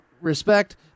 respect